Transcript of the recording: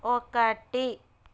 ఒకటి